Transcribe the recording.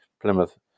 Plymouth